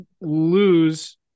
lose